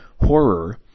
horror